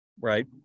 right